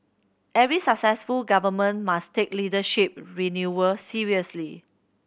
every successive Government must take leadership renewal seriously